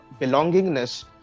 belongingness